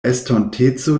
estonteco